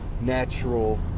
natural